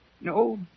No